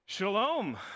Shalom